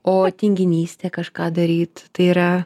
o tinginystė kažką daryt tai yra